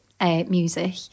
music